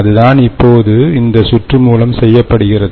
அதுதான் இப்போது இந்த சுற்று மூலம் செய்யப்படுகிறது